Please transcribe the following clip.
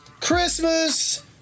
Christmas